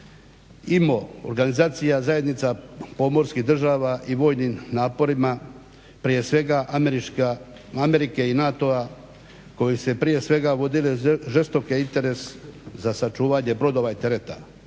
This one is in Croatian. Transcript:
IMO organizacija zajednica pomorskih država i vojnim naporima, prije svega Amerike i NATO-a koji se prije svega vodile žestoke interes za sačuvanje brodova i tereta.